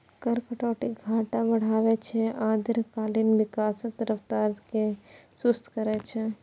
कर कटौती घाटा बढ़ाबै छै आ दीर्घकालीन विकासक रफ्तार कें सुस्त करै छै